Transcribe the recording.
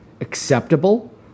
acceptable